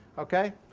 okay?